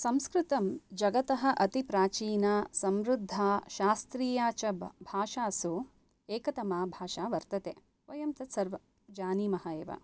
संस्कृतं जगतः अतिप्राचीना समृद्धा शास्त्रीया च बा भाषासु एकतमा भाषा वर्तते वयं तत्सर्वं जानीमः एव